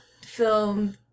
film